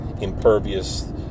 impervious